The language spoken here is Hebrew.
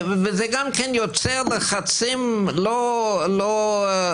וזה גם כן יוצר לחצים לא טובים.